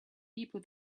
people